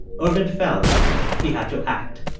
ervin felt he had to act.